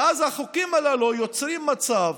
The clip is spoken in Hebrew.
ואז החוקים הללו יוצרים מצב